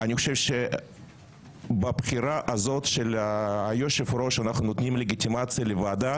אני חושב שבבחירה הזאת של היושב ראש אנחנו נותנים לגיטימציה לוועדה